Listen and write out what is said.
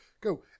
go